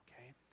Okay